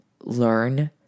learn